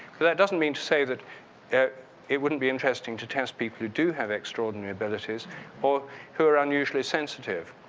but it doesn't mean to say that it it wouldn't be interesting to test people who do have extraordinary abilities or who are and usually sensitive.